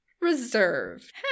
Reserved